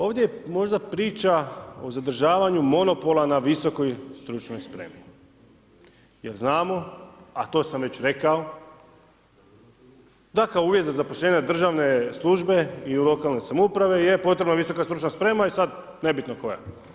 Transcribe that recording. Ovdje je možda priča o zadržavanju monopola na visokoj stručnoj spremi, jer znamo, a to sam već rekao, da kao uvjet za zapošljavanje u državne službe i u lokalnoj samoupravi je potrebna visoka stručna spremna i sada nebitno koja.